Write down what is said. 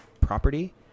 property